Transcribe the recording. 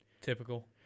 Typical